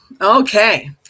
okay